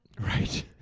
Right